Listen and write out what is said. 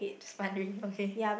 just wondering okay